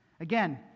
Again